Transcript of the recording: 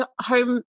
home